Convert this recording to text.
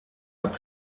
hat